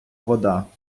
вода